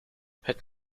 het